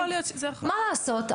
יכול להיות שזה --- מה לעשות?